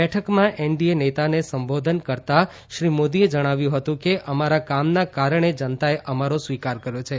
બેઠકમાં એનડીએ નેતાઓને સંબોધન કરતાં શ્રી મોદીએ જણાવ્યું હતું કે અમારા કામના કારણે જનતાએ અમારો સ્વીકાર કર્યો છે